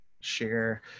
share